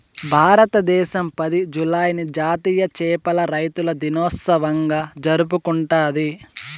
భారతదేశం పది, జూలైని జాతీయ చేపల రైతుల దినోత్సవంగా జరుపుకుంటాది